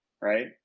right